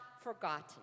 forgotten